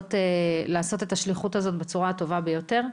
ולנסות לעשות את השליחות הזאת בצורה הטובה ביותר.